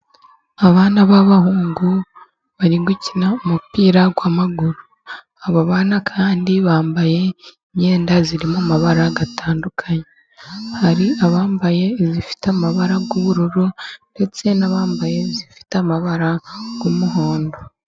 Abana b'abahungu bari gukina umupira w'amaguru, abo bana kandi bambaye imyenda irimo amabara atandukanye hari abambaye ifite amabara y'ubururu ndetse n'abambaye ifite amabara y'umuhondo.